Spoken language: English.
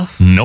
Nope